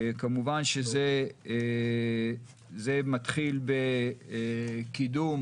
כמובן שזה מתחיל בקידום,